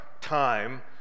time